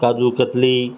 काजूकतली